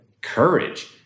courage